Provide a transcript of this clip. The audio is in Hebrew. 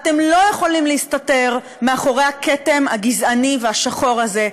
אתם לא יכולים להסתתר מאחורי הכתם הגזעני והשחור הזה.